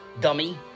dummy